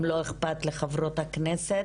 אם לא אכפת לחברות הכנסת,